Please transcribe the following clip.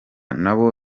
nabo